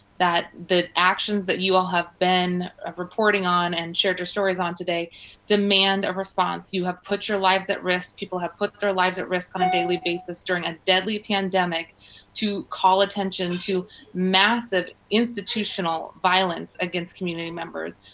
that, the actions that you all have been reporting on, and shared stories on today demand a response, you have put your lives at risk, people have put their lives at risk on a daily basis during a deadly pandemic to call attention to massive institutional violence, against community members.